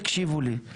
תקשיבו לי.